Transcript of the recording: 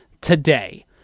today